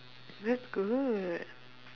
that's good